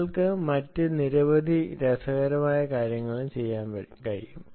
നിങ്ങൾക്ക് മറ്റ് നിരവധി രസകരമായ കാര്യങ്ങളും ചെയ്യാൻ കഴിയും